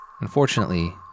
Unfortunately